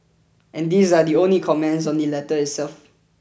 and these are only the comments on the letter itself